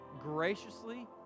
graciously